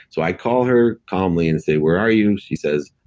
so i call her calmly and say, where are you? she says,